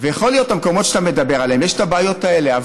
ויכול להיות שבמקומות שאתה מדבר עליהם יש הבעיות האלה.